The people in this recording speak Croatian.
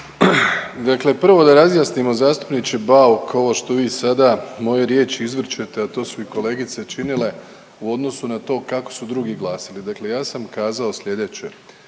Dakle, prvo da razjasnimo zastupniče Bauk ovo što vi sada moje riječi izvrćete, a to su i kolegice činile u odnosu na to kako su drugi glasali. Dakle, ja sam kazao slijedeće,